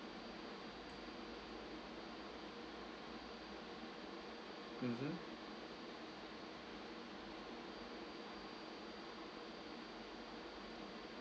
mmhmm